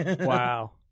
Wow